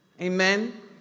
Amen